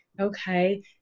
okay